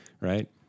right